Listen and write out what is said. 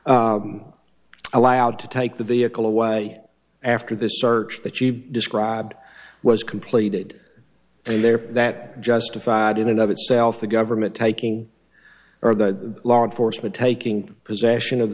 be allowed to take the vehicle away after this search that she described was completed there that justified in and of itself the government taking or the law enforcement taking possession of